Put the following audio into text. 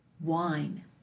wine